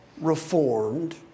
reformed